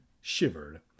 shivered